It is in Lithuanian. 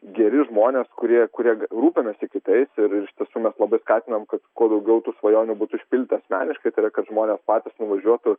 geri žmonės kurie kurie rūpinasi kitais ir ir iš tiesų mes labai skatinam kad kuo daugiau tų svajonių būtų išpildyta asmeniškai tai yra kad žmonės patys nuvažiuotų